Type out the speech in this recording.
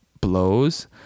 blows